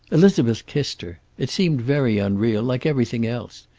elizabeth kissed her. it seemed very unreal, like everything else.